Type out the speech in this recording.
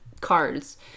cards